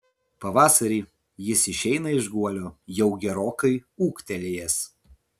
pavasarį jis išeina iš guolio jau gerokai ūgtelėjęs